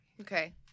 Okay